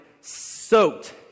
soaked